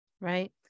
right